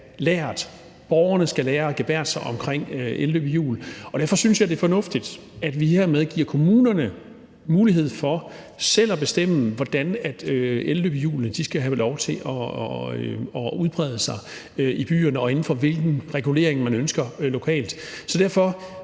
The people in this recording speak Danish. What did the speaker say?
lært. Borgerne skal lære at gebærde sig omkring elløbehjul. Derfor synes jeg, det er fornuftigt, at vi hermed giver kommunerne mulighed for selv at bestemme, hvordan elløbehjulene skal have lov til at udbrede sig i byerne, og hvilken regulering man ønsker lokalt. Derfor